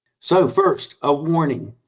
so first a warning.